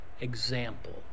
example